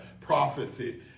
prophecy